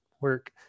work